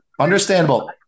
understandable